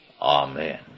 Amen